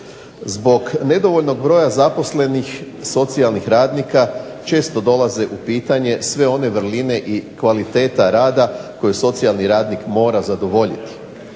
Zbog nedovoljno zaposlenih socijalnih radnika često dolaze u pitanje sve one vrline i kvaliteta rada koju socijalni radnik mora zadovoljiti.